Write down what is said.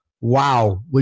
wow